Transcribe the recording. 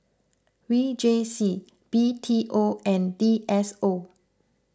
V J C B T O and D S O